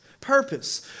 Purpose